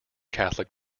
catholic